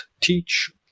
teach